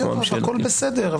יואב, הכול בסדר.